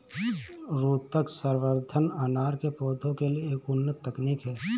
ऊतक संवर्धन अनार के पौधों के लिए एक उन्नत तकनीक है